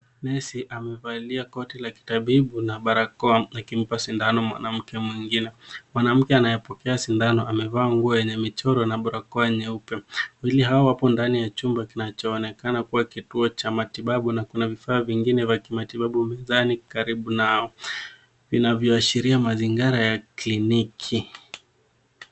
Nesi amevalia koti la kitabibu na barakoa akimpa sindano mwanamke mwingine. Mwanamke anayapokea sindano amevaa nguo yenye michoro na baraakoa nyeupe. Wawili hawa wapo ndani ya chumba kinachoonekana kuwa kituo cha matibabu na kuna vifaa vingine vya kimatibabu mezani karibu nao vinavyoashiria mazingara ya kliniki.